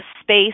space